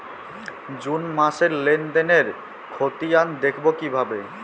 June মাসের লেনদেনের খতিয়ান দেখবো কিভাবে?